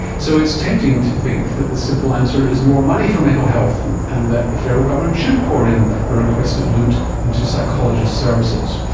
so it's tempting to think that's the simple answer is more money for mental health, and that the federal government should pour in the requested loot into psychologist services.